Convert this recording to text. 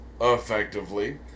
effectively